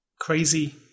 crazy